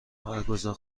برگزار